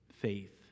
faith